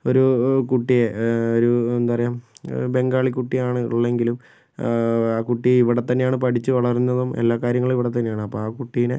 ഒരു കുട്ടിയെ ഒരു എന്താ പറയുക ബംഗാളിക്കുട്ടിയാണ് ഉള്ളതെങ്കിലും ആ കുട്ടി ഇവിടെ തന്നെയാണ് പഠിച്ച് വളർന്നതും എല്ലാ കാര്യങ്ങളും ഇവിടെ തന്നെയാണ് അപ്പം ആ കുട്ടീനെ